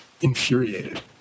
infuriated